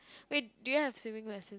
wait do you have swimming lesson